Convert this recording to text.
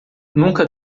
nunca